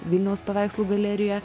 vilniaus paveikslų galeriją